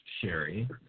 Sherry